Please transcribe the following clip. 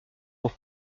pour